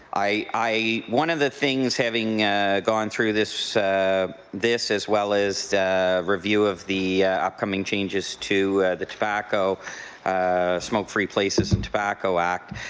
one of the things having gone through this this as well as a review of the upcoming changes to the tobacco smoke-free places and tobacco act,